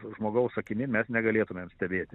žmogaus akimi mes negalėtumėm stebėti